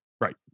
Right